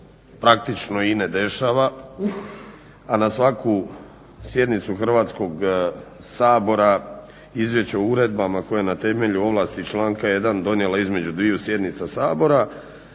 praktično i ne dešava, a na svaku sjednicu Hrvatskog sabora izvješće o uredbama koje na temelju ovlasti iz članka 1. donijela između dviju sjednica Sabora.